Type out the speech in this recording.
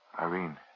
Irene